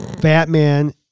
Batman